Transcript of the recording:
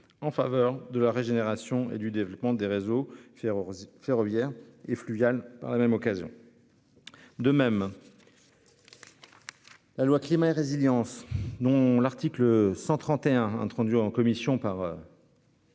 en faveur de la régénération et du développement des réseaux faire ferroviaires et fluviales par la même occasion. De même.-- La loi climat et résilience, dont l'article 131 entendus en commission par.--